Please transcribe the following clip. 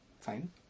Fine